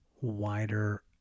wider